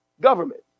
government